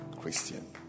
Christian